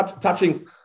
Touching